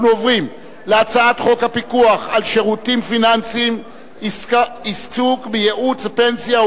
אנחנו עוברים להצעת חוק הפיקוח על שירותים פיננסיים (עיסוק בייעוץ פנסיוני